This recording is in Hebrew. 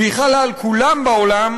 והיא חלה על כולם בעולם,